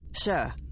Sir